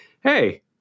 hey